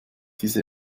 diese